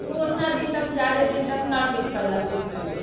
उ उतना दिन तक जादे दिन तक नहि टिक पयलक उ फूल